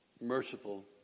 merciful